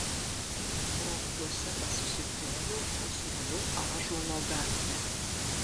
rokuose pasisukiojau kol suradau ąžuolo gatvę